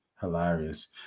Hilarious